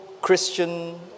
Christian